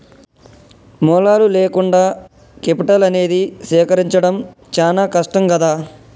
మూలాలు లేకుండా కేపిటల్ అనేది సేకరించడం చానా కష్టం గదా